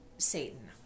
satan